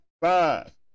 five